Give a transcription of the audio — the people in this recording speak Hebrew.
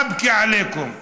אבכי עליכום.